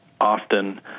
often